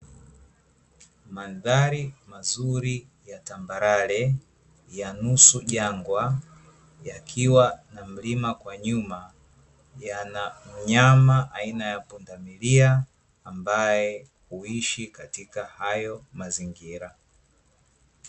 Mandhari mazuri ya tambalale ya nusu jangwa, yakiwa na mlima kwa nyuma yanamnyama aina ya pundamilia ambae huishi katika hayo mazingira.